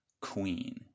queen